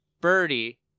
birdie